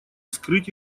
скрыть